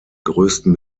größten